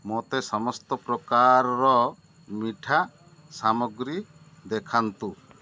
ମୋତେ ସମସ୍ତ ପ୍ରକାରର ମିଠା ସାମଗ୍ରୀ ଦେଖାନ୍ତୁ